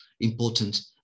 important